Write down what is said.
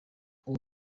uwo